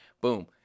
boom